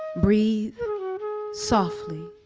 breathe softly,